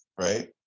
right